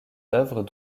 œuvres